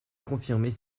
confirmer